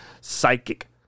psychic